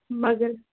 مگر